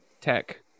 tech